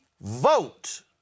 vote